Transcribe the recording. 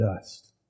dust